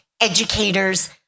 educators